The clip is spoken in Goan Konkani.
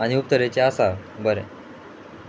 आनी खूब तरेचे आसा बरें